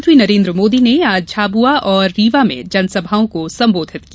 प्रधानमंत्री नरेन्द्र मोदी ने आज झाबुआ और रीवा में जनसभा को सम्बोधित किया